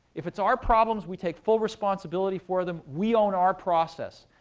if it's our problems, we take full responsibility for them. we own our process.